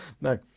No